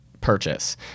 purchase